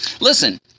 Listen